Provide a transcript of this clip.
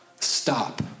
Stop